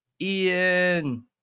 Ian